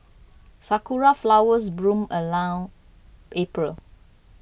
sakura flowers bloom around April